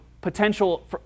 potential